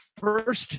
first